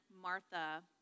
Martha